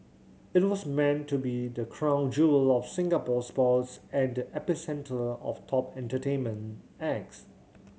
it was meant to be the crown jewel of Singapore sports and the epicentre of top entertainment acts